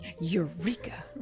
Eureka